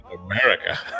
America